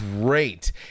great